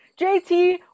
JT